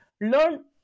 learn